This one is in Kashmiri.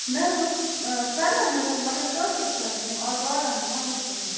مےٚ حَظ اوس پھیٚرن نیُن حَظ مگَر کٲشُر پھیٚرن یِم آز لاگَان چھِ ونٛدَس کُن حَظ